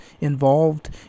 involved